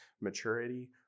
maturity